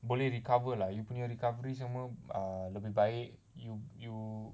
boleh recover lah you punya recovery semua err lebih baik you you